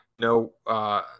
No